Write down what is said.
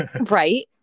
right